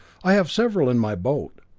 i have several in my boat.